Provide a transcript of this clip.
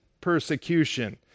persecution